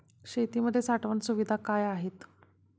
शेतीमध्ये साठवण सुविधा काय आहेत?